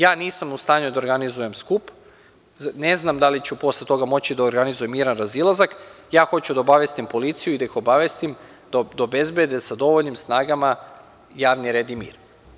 Ja nisam u stanju da organizujem skup, ne znam da li ću posle toga moći da organizujem miran razilazak, hoću da obavestim policiju i da obezbede sa dovoljnim snagama javni red i mir.